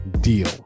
deal